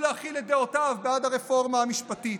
להכיל את דעותיו בעד הרפורמה המשפטית.